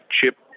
chip